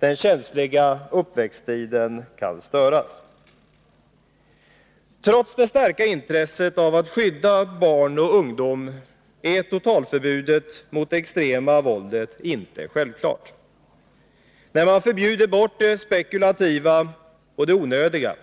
Den känsliga uppväxttiden kan störas. Trots det starka intresset av att skydda barn och ungdom, är alltså ett totalförbud mot det extrema våldet inte självklart. När man förbjuder det spekulativa och det onödiga